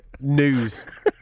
news